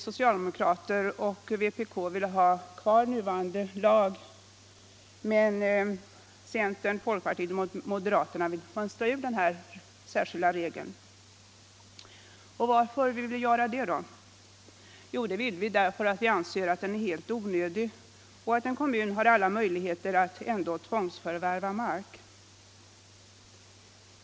Socialdemokraternaoch vpk vill ha nuvarande lag kvar, medan centern, folkpartiet och moderaterna vill mönstra ut den här särskilda regeln. Varför vill vi då det? Jo, det vill vi därför att vi anser att den är helt onödig, och att en kommun ändå har alla möjligheter att tvångs Nr 72 förvärva mark.